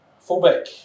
Fullback